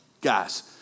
guys